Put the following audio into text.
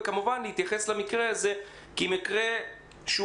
וכמובן להתייחס למקרה הזה כמקרה שהוא